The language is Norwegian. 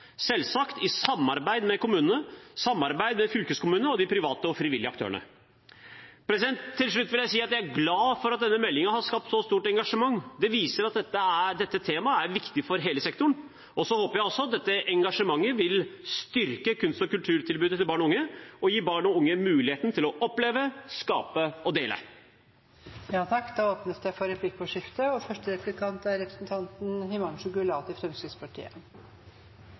selvsagt i samarbeid med kommunene, fylkeskommunene og de private og frivillige aktørene. Til slutt vil jeg si at jeg er glad for at denne meldingen har skapt så stort engasjement. Det viser at dette temaet er viktig for hele sektoren. Jeg håper også at dette engasjementet vil styrke kunst- og kulturtilbudet til barn og unge og gi barn og unge muligheten til å oppleve, skape og dele. Det blir replikkordskifte. Det var et engasjerende innlegg fra statsråden. Som vi vet, er